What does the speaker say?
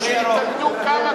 שיתאגדו כמה